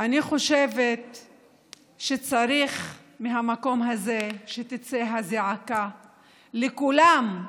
אני חושבת שצריך שמהמקום הזה תצא זעקה לכולם.